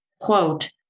quote